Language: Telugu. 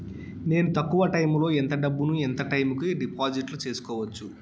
నేను తక్కువ టైములో ఎంత డబ్బును ఎంత టైము కు డిపాజిట్లు సేసుకోవచ్చు?